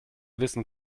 wissen